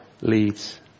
leads